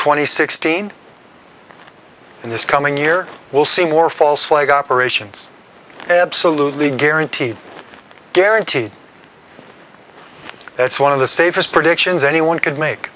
and sixteen and this coming year we'll see more false flag operations absolutely guaranteed guaranteed that's one of the safest predictions anyone could make